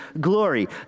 glory